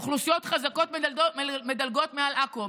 אוכלוסיות חזקות מדלגות מעל עכו.